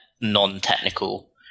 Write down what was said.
non-technical